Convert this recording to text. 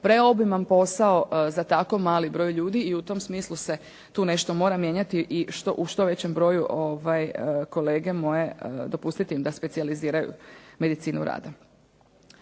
preobiman posao za tako mali broj ljudi i u tom smislu se tu nešto mora mijenjati i u što većem broju kolege moje dopustite im da specijaliziraju medicinu rada.